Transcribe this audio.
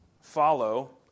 follow